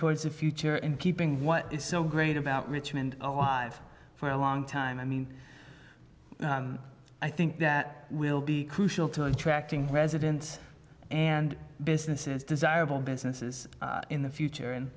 towards the future in keeping what is so great about richmond alive for a long time i mean i think that will be crucial to attracting residents and businesses desirable businesses in the future and